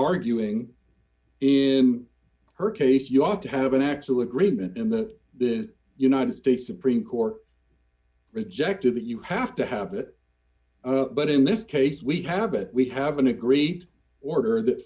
arguing in her case you ought to have an actual agreement in that the united states supreme court rejected that you have to have it but in this case we have it we haven't agreed order that